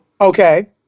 Okay